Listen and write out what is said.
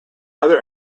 other